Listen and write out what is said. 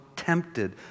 tempted